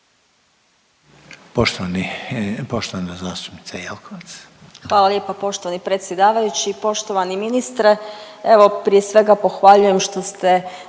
**Jelkovac, Marija (HDZ)** Hvala lijepa poštovani predsjedavajući. Poštovani ministre evo prije svega pohvaljujem što ste